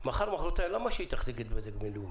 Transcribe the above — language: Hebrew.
מחר-מוחרתיים, למה שהיא תחזיק את בזק בינלאומי?